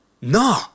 no